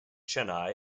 chennai